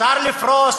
אפשר לפרוס,